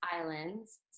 islands